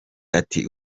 ati